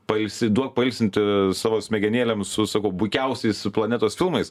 pailsi duok pailsinti savo smegenėlėm su sakau bukiausiais planetos filmais